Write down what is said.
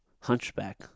Hunchback